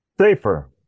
safer